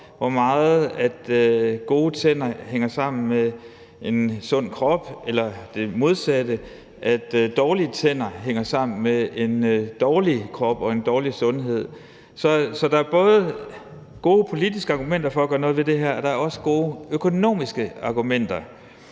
hvor meget gode tænder hænger sammen med en sund krop, eller det modsatte, at dårlige tænder hænger sammen med en usund krop og en dårlig sundhed, så der er både gode politiske argumenter og gode økonomiske argumenter